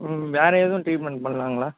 ம் வேறு எதுவும் ட்ரீட்மெண்ட் பண்ணலாங்களா